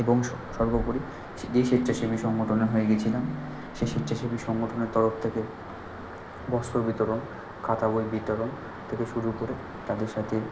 এবং সর্বোপরি সে যে স্বেচ্ছাসেবী সংগঠনের হয়ে গেছিলাম সেই স্বেচ্ছাসেবী সংগঠনের তরফ থেকে বস্ত্র বিতরণ খাতা বই বিতরণ থেকে শুরু করে তাদের সাথে